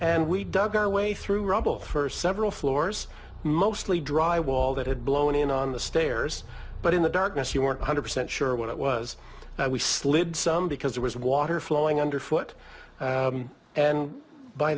and we dug our way through rubble for several floors mostly dry wall that had blown in on the stairs but in the darkness you weren't hundred percent sure what it was that we slid some because there was water flowing underfoot and by